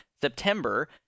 September